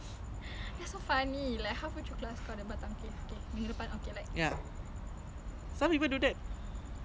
err next week ke besok aku sponsor kau balik ah macam that type ah like girl you really need it you know